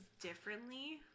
differently